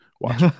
Watch